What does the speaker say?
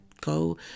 go